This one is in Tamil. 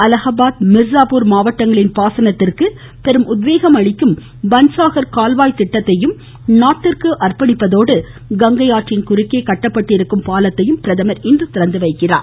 அலகாபாத் மற்றும் மிர்சாபூர் மாவட்டங்களின் பாசனத்திற்கு பெரும் உத்வேகம் அளிக்கும் பன்சாகர் கால்வாய் திட்டத்தையும் நாட்டிற்கு அர்ப்பணிப்பதோடு கங்கை ஆற்றின் குறுக்கே கட்டப்பட்டிருக்கும் பாலத்தையும் பிரதமர் திறந்து வைக்கிறார்